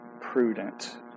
prudent